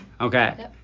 Okay